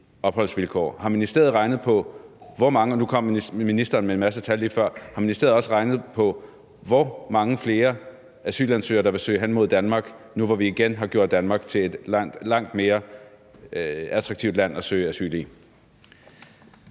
Har ministeriet også regnet på, hvor mange flere asylsøgere der vil søge hen mod Danmark nu, hvor vi igen har gjort Danmark til et langt mere attraktivt land at søge asyl i?